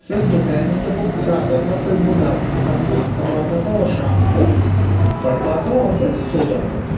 फिर दोपहर में जब वह घर आता था फिर वह दादी के साथ काम करवाता था और शाम को पढ़ता था और फिर सो जाता था